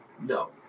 no